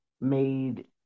made